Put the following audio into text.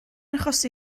achosi